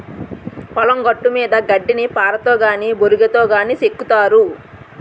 పొలం గట్టుమీద గడ్డిని పారతో గాని బోరిగాతో గాని సెక్కుతారు